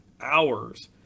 hours